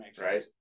Right